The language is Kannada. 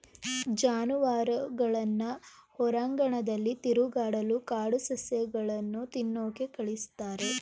ಜಾನುವಾರುಗಳನ್ನ ಹೊರಾಂಗಣದಲ್ಲಿ ತಿರುಗಾಡಲು ಕಾಡು ಸಸ್ಯಗಳನ್ನು ತಿನ್ನೋಕೆ ಕಳಿಸ್ತಾರೆ